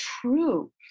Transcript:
true